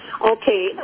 Okay